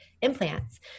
implants